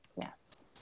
Yes